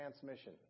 transmission